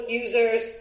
users